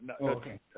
Okay